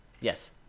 yes